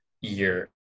year